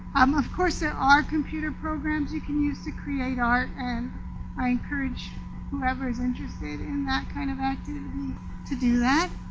um of course, there are computer programs you can use to create art and i encourage whoever is interested in that kind of activity to do that.